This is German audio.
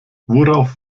worauf